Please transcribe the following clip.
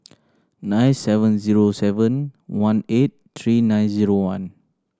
nine seven zero seven one eight three nine zero one